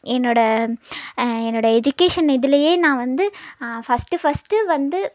என்னோடய என்னோடய எஜுகேஷன் இதுலேயே நான் வந்து ஃபர்ஸ்ட்டு ஃபர்ஸ்ட்டு வந்து